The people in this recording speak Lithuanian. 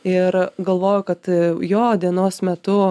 ir galvoju kad jo dienos metu